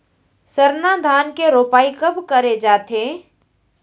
सरना धान के रोपाई कब करे जाथे?